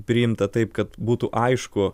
priimta taip kad būtų aišku